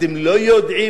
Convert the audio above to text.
אתם לא יודעים.